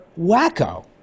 wacko